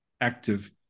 active